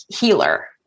healer